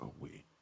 away